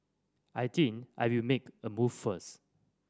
I think I will make a move first